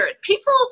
People